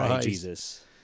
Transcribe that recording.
Jesus